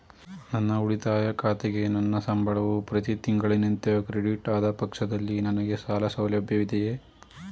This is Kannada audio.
ನನ್ನ ಉಳಿತಾಯ ಖಾತೆಗೆ ನನ್ನ ಸಂಬಳವು ಪ್ರತಿ ತಿಂಗಳಿನಂತೆ ಕ್ರೆಡಿಟ್ ಆದ ಪಕ್ಷದಲ್ಲಿ ನನಗೆ ಸಾಲ ಸೌಲಭ್ಯವಿದೆಯೇ?